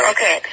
Okay